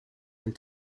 and